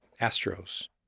Astros